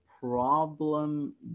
problem